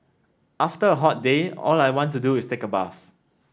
after a hot day all I want to do is take a bath